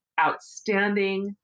outstanding